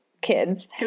kids